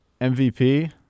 MVP